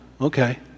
Okay